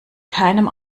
keinem